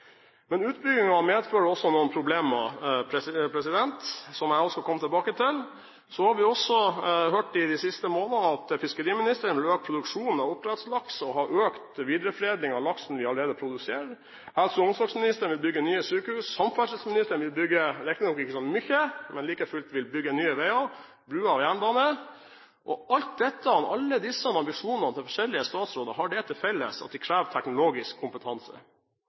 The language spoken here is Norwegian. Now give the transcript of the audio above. Men utbyggingen medfører også noen problemer, som jeg skal komme tilbake til. Vi har også hørt i de siste månedene at fiskeriministeren vil øke produksjonen av oppdrettslaks og ha økt videreforedling av laksen vi allerede produserer. Helse- og omsorgsministeren vil bygge nye sykehus. Samferdselsministeren vil bygge, riktignok ikke så mye, men like fullt bygge nye veier, bruer og jernbaner. Alle disse ambisjonene til de forskjellige statsråder har det til felles at de krever teknologisk kompetanse.